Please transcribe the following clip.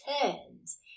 turns